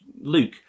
Luke